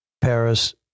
Paris